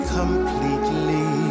completely